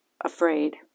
afraid